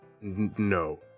No